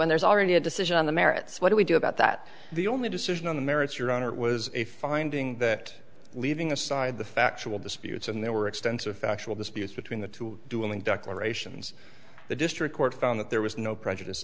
when there's already a decision on the merits what do we do about that the only decision on the merits your honor was a finding that leaving aside the factual disputes and there were extensive factual disputes between the two dueling declarations the district court found that there was no prejudice